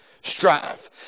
strife